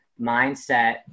mindset